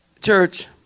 Church